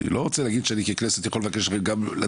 אני לא רוצה להגיד שאני ככנסת יכול לבקש גם לדעת